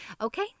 Okay